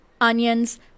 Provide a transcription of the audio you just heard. onions